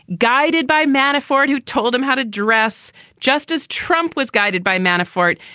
guided by manafort, who told him how to dress just as trump was guided by manafort.